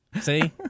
See